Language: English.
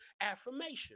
affirmation